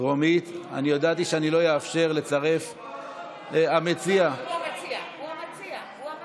הארכת תקופת ההתיישנות), התש"ף 2020, לוועדה